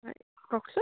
হয় কওকচোন